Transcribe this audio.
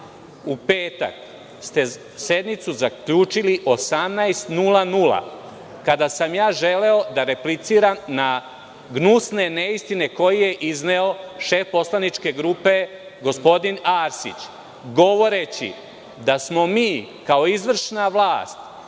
u petak ste sednicu zaključili u 18,00. kada sam ja želeo da repliciram na gnusne neistine koje je izneo šef poslaničke grupe, gospodin Arsić, govoreći da smo mi, kao izvršna vlast…